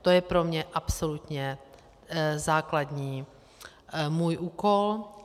To je pro mě absolutně základní můj úkol.